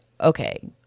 okay